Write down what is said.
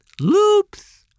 loops